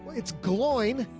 it's glowing.